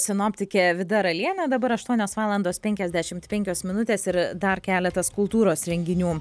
sinoptikė vida ralienė dabar aštuonios valandos penkiasdešimt penkios minutės ir dar keletas kultūros renginių